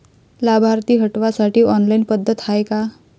लाभार्थी हटवासाठी ऑनलाईन पद्धत हाय का?